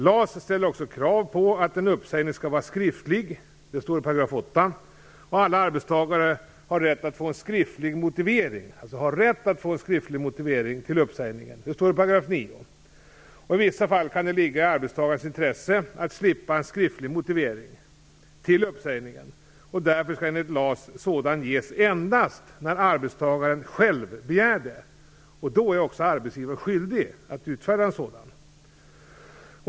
LAS ställer också krav på att en uppsägning skall vara skriftlig , och alla arbetstagare har rätt att få en skriftlig motivering till uppsägningen . I vissa fall kan det ligga i arbetstagarens intresse att slippa en skriftlig motivering till uppsägningen, och därför skall enligt LAS sådan ges endast när arbetstagaren själv begär det. Då är också arbetsgivaren skyldig att utfärda en sådan.